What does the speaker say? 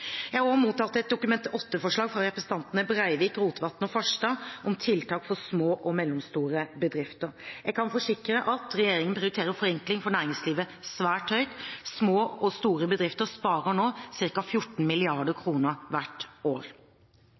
Jeg har også mottatt et Dokument 8-forslag fra representantene Breivik, Rotevatn og Farstad om tiltak for små og mellomstore bedrifter. Jeg kan forsikre at regjeringen prioriterer forenkling for næringslivet svært høyt. Små og store bedrifter sparer nå ca. 14 mrd. kr hvert år.